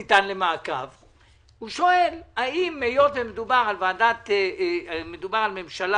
למיטב הבנתי את הנחיות היועץ המשפטי לממשלה